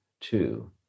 Two